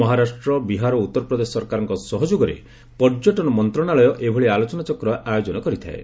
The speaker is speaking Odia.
ମହାରାଷ୍ଟ୍ର ବିହାର ଓ ଉତ୍ତରପ୍ରଦେଶ ସରକାରଙ୍କ ସହଯୋଗରେ ପର୍ଯ୍ୟଟନ ମନ୍ତ୍ରଣାଳୟ ଏଭଳି ଆଲୋଚନାଚକ୍ରର ଆୟୋଜନ କରିଥାଏ